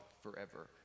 forever